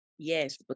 Yes